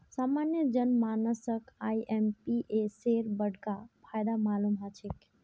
सामान्य जन मानसक आईएमपीएसेर बडका फायदा मालूम ह छेक